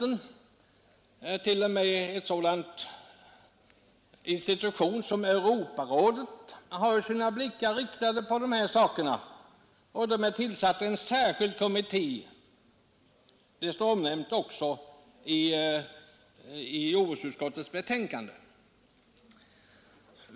Det omnämns i jordbruksutskottets betänkande att t.o.m. en sådan institution som Europarådet har sina blickar riktade på dessa förhållanden och har tillsatt en särskild kommitté på området.